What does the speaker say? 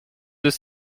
deux